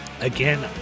again